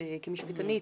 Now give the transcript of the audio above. כמשפטנית,